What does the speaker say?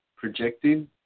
Projecting